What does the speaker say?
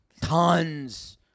tons